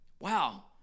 Wow